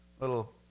little